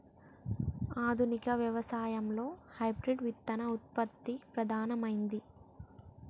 ఆధునిక వ్యవసాయం లో హైబ్రిడ్ విత్తన ఉత్పత్తి ప్రధానమైంది